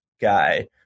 guy